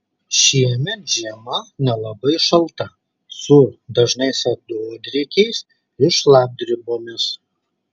šiemet žiema nelabai šalta su dažnais atodrėkiais ir šlapdribomis